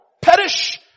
Perish